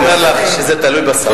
אני אומר לך שזה תלוי בשר.